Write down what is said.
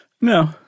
No